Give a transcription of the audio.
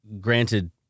granted